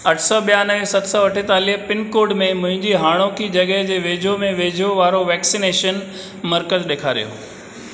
अठ सौ ॿियानवे सत सौ अठेतालीह पिनकोड में मुंहिंजी हाणोकि जॻहि जे वेझो में वेझो वारो वैक्सिनेशन मर्कज़ ॾेखारियो